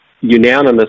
unanimous